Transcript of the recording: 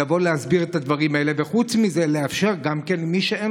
להסביר את הדברים האלה.